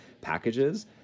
packages